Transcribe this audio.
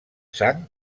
sang